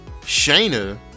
Shayna